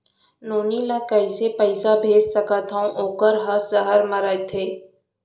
नोनी ल कइसे पइसा भेज सकथव वोकर ह सहर म रइथे?